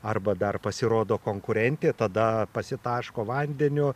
arba dar pasirodo konkurentė tada pasitaško vandeniu